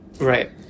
Right